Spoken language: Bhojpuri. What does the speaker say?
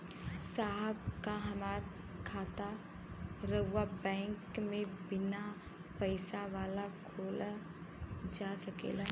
साहब का हमार खाता राऊर बैंक में बीना पैसा वाला खुल जा सकेला?